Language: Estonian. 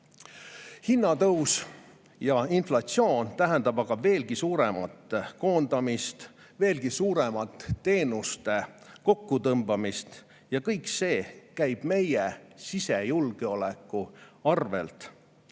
ja inflatsioon tähendavad aga veelgi suuremat koondamist, veelgi suuremat teenuste kokkutõmbamist. Ja kõik see käib meie sisejulgeoleku arvelt.